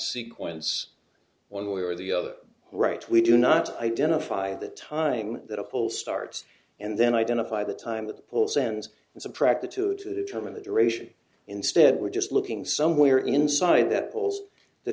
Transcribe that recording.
sequence one way or the other right we do not identify the time that a full starts and then identify the time that the poll sends as a practice to it to determine the duration instead we're just looking somewhere inside that pulls th